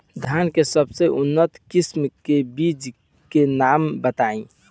धान के सबसे उन्नत किस्म के बिज के नाम बताई?